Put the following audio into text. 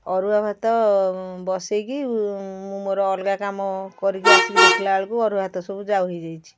ଅରୁଆ ଭାତ ବସେଇକି ମୁଁ ମୋର ଅଲଗା କାମ କରିକି ଆସିକି ଦେଖିଲା ବେଳକୁ ଅରୁଆ ଭାତ ସବୁ ଜାଉ ହେଇଯାଇଛି